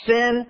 Sin